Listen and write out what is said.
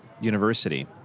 University